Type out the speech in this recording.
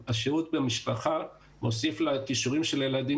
השהות במשפחה מוסיף לכישורים של הילדים